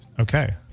okay